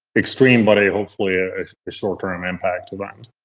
extreme but hopefully a short term impact of that.